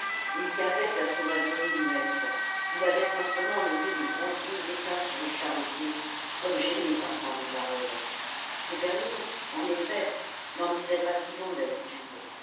il gardait sa sauvagerie muette il avait simplement levé de gros yeux éteints sur le charretier comme gêné par tant de paroles ce dernier en effet n'en disait pas si long d'habitude